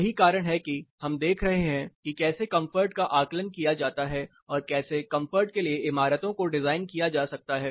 यही कारण है कि हम देख रहे हैं कि कैसे कंफर्ट का आकलन किया जा सकता है और कैसे कंफर्ट के लिए इमारतों को डिज़ाइन किया जा सकता है